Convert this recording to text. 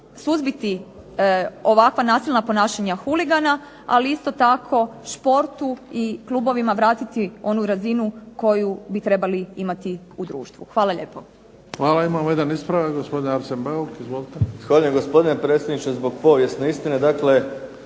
suzbiti ovakva nasilna ponašanja huligana, ali isto tako športu i klubovima vratiti onu razinu koju bi trebali imati u društvu. Hvala lijepo. **Bebić, Luka (HDZ)** Hvala. Imamo jedan ispravak, gospodin Arsen Bauk. Izvolite. **Bauk, Arsen (SDP)** Zahvaljujem gospodine predsjedniče zbog povijesne istine.